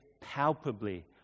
palpably